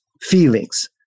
feelings